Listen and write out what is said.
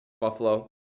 Buffalo